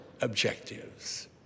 objectives